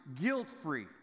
guilt-free